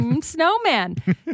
snowman